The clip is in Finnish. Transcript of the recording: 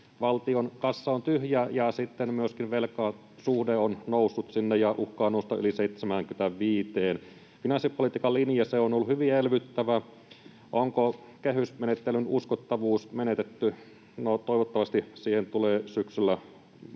valtion kassa on tyhjä ja myöskin velkasuhde on noussut ja uhkaa nousta sinne yli 75:een. Finanssipolitiikan linja on ollut hyvin elvyttävä. Onko kehysmenettelyn uskottavuus menetetty? No, toivottavasti siihen tulee syksyllä hyviä